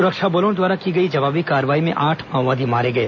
सुरक्षा बलों द्वारा की गई जवाबी कार्रवाई में आठ माओवादी मारे गए